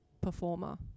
performer